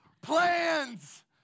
plans